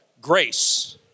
grace